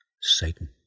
Satan